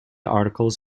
articles